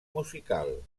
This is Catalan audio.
musical